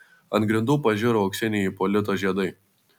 ant grindų pažiro auksiniai ipolito žiedai